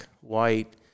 white